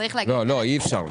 לא, לא, אי-אפשר.